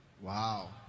Wow